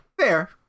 Fair